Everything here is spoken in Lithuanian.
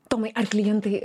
tomai ar klientai